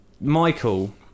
Michael